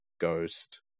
ghost